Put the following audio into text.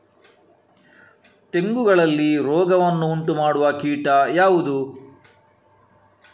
ತೆಂಗುಗಳಲ್ಲಿ ರೋಗವನ್ನು ಉಂಟುಮಾಡುವ ಕೀಟ ಯಾವುದು?